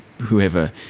whoever